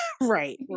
right